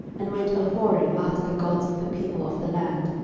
and went a whoring after the gods of the people of the land,